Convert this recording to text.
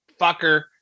fucker